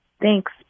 Thanks